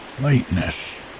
lightness